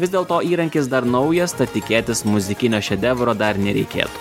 vis dėlto įrankis dar naujas tad tikėtis muzikinio šedevro dar nereikėtų